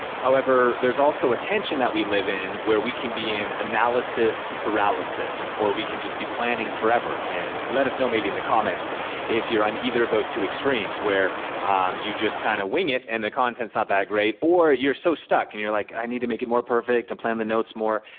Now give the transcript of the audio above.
however, there's also a tension that we live in where we can be in analysis paralysis or we can just be planning forever. and let us know maybe in the comments if you're on either of those two extremes where you just kind of wing it and the content's not that great or you're so stuck and you're like, i need to make it more perfect, to plan the notes more.